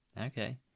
Okay